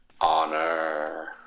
Honor